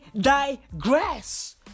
digress